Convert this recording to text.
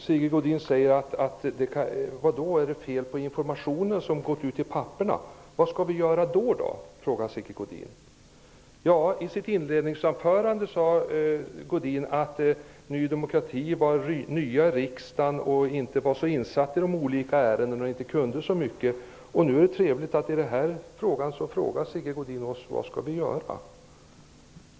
Herr talman! Vad då, är det fel på informationen som gått ut till papporna? Vad skall vi göra då då? I sitt inledningsanförande sade Godin att Ny demokrati var ett nytt parti i riksdagen och inte var så insatt i de olika ärendena och inte kunde så mycket. Det är ju då trevligt att Sigge Godin i det här ärendet frågar oss: Vad skall vi göra?